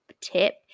tip